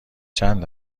چند